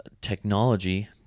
technology